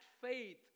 faith